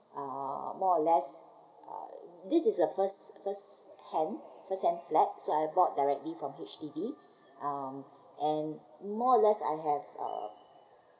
uh more or less uh this is the first first hand first hand flat so I bought directly from H_D_B um and more or less I have uh